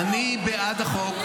אני בעד החוק.